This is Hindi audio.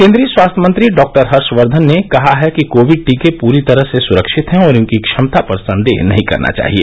केन्द्रीय स्वास्थ्य मंत्री डॉ हर्षकर्धन ने कहा है कि कोविड टीके पूरी तरह से सुरक्षित हैं और इसकी क्षमता पर संदेह नहीं करना चाहिए